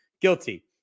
Guilty